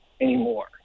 anymore